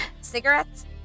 Cigarettes